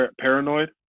Paranoid